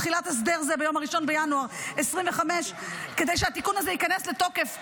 תחילת הסדר זה ביום 1 בינואר 2025. כדי שהתיקון הזה ייכנס לתוקף כרגע,